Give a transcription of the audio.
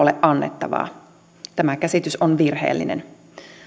ole annettavaa tämä käsitys on virheellinen